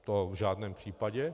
To v žádném případě.